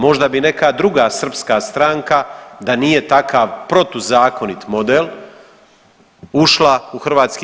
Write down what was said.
Možda bi neka druga srpska stranka da nije takav protuzakonit model ušla u HS.